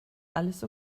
alles